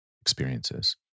experiences